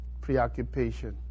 preoccupation